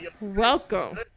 welcome